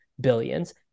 billions